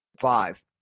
Five